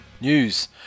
News